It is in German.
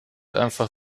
einfach